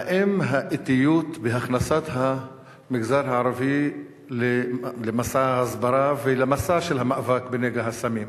האם האטיות בהכנסת המגזר הערבי למסע ההסברה ולמסע של המאבק נגד הסמים